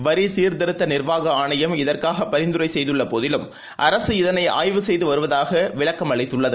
வரிசீர்திருத்தநிர்வாகஆணையம் இதற்காகபரிந்துரைசெய்துள்ளபோதிலும் அரசு இதனைஆய்வு செய்துவருவதாகஅரசுவிளக்களித்துள்ளது